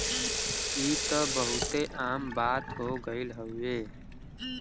ई त बहुते आम बात हो गइल हउवे